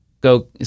go